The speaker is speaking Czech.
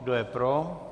Kdo je pro?